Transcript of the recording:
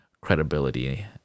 credibility